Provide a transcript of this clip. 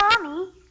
Mommy